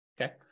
Okay